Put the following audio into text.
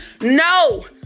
No